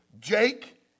Jake